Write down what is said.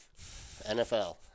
NFL